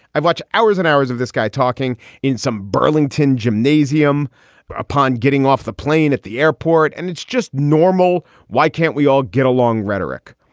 i've watch hours and hours of this guy talking in some burlington gymnasium upon getting off the plane at the airport, and it's just normal why can't we all get along rhetoric?